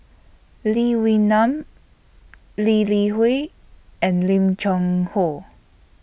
Lee Wee Nam Lee Li Hui and Lim Cheng Hoe